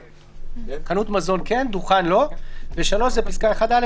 הקו הסגול מראה שזה לא גרף דמיוני, זה משהו